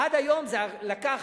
עד היום זה לקח